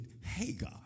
Hagar